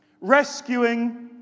rescuing